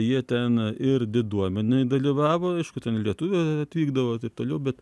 jie ten ir diduomenėj dalyvavo aišku ten lietuvių atvykdavo taip toliau bet